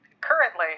Currently